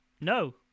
No